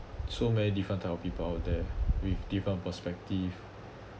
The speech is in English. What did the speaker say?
so many different type of people out there with different perspective